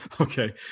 Okay